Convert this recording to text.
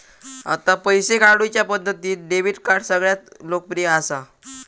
आता पैशे काढुच्या पद्धतींत डेबीट कार्ड सगळ्यांत लोकप्रिय असा